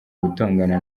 gutongana